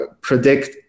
predict